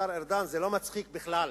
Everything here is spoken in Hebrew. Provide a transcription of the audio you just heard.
השר ארדן, זה לא מצחיק בכלל.